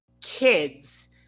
kids